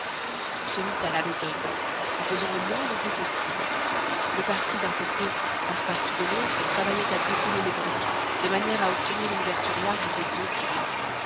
on se mit à la besogne en faisant le moins de bruit possible le parsi d'un côté passepartout de l'autre travaillaient à desceller les briques de manière à obtenir une ouverture large de deux pieds